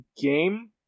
game